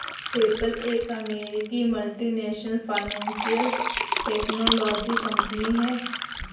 PayPal एक अमेरिकी multinational financial technology company है